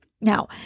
Now